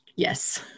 Yes